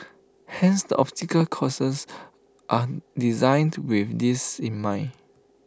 hence the obstacle courses are designed with this in mind